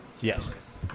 Yes